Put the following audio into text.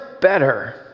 better